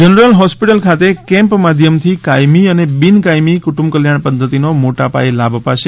general hospital ખાતે camp માધ્યમથી કાયમી અને બિન કાયમી કુંટુંબકલ્યાણ પધ્ધતિનો મોટા પાયે લાભ અપાશે